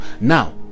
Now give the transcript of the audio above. Now